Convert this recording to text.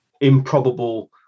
improbable